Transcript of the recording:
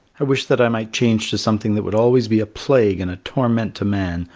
i wish that i might change to something that would always be a plague and a torment to man,